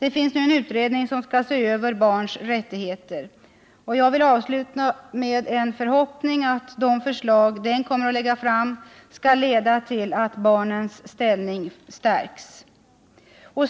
En utredning arbetar nu med att se över barnens rättigheter, och jag vill avsluta med att uttala en förhoppning om att de förslag som denna utredning kommer att lägga fram skall leda till att barnens ställning stärks.